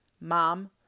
mom